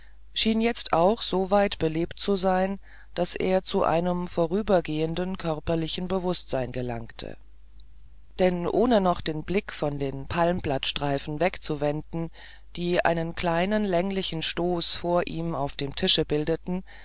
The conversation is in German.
schien jetzt auch so weit belebt zu werden daß er zu einem vorübergehenden körperlichen bewußtsein gelangte denn ohne noch den blick von den palmblattstreifen wegzuwenden die einen kleinen länglichen stoß vor ihm auf dem tische bildeten